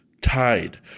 tide